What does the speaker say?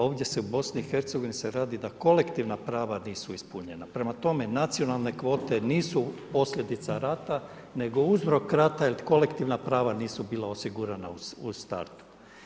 Ovdje se o BiH-u radi da kolektivna prava nisu ispunjena prema tome, nacionalne kvote nisu posljedica rata nego uzrok rata jer kolektivna prava nisu bila osigurana u startu.